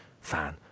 fan